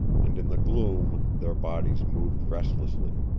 and in the gloom their bodies moved restlessly.